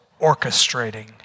orchestrating